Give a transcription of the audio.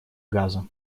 газа